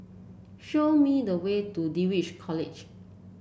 show me the way to Dulwich College